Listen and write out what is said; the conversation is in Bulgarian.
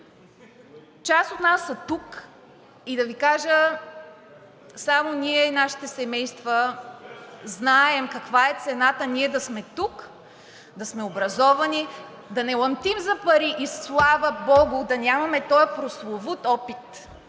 Част от нас са тук, и да Ви кажа, само ние и нашите семейства знаем каква е цената ние да сме тук, да сме образовани, да не ламтим за пари и, слава богу, да нямаме този прословут опит,